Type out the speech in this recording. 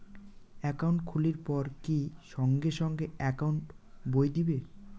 Account খুলির পর কি সঙ্গে সঙ্গে একাউন্ট বই দিবে?